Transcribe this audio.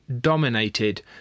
dominated